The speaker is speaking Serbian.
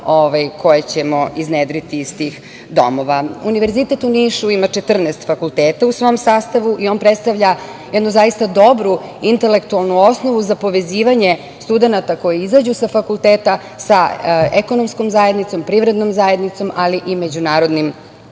koje ćemo iznedriti iz tih domova. Univerzitet u Nišu ima 14 fakulteta u svom sastavu i on predstavlja jednu zaista dobru intelektualnu osnovu za povezivanje studenata koji izađu sa fakulteta sa ekonomskom zajednicom, privrednom zajednicom, ali i međunarodnim